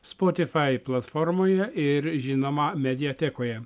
spotifai platformoje ir žinoma mediatekoje